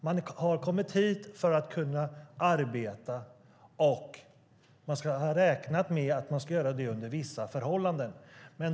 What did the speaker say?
Man har kommit hit för att arbeta, och man har räknat med att göra det under vissa förhållanden.